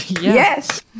Yes